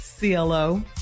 CLO